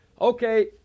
okay